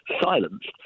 silenced